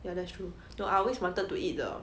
ya that's true no I always wanted to eat the